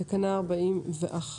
תקנה 41,